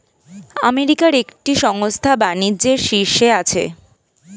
আমেরিকার একটি সংস্থা বাণিজ্যের শীর্ষে আছে